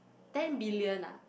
ten billion ah